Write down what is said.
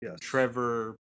Trevor